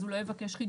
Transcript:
אז הוא לא יבקש חידוש.